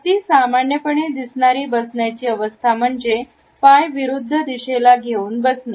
अगदीं सामान्यपणे दिसणारी बसण्याची अवस्था म्हणजे पाय विरुद्ध दिशेला घेऊन बसणे